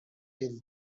till